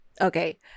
Okay